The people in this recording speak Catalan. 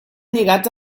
lligats